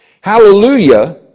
Hallelujah